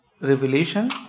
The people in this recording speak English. Revelation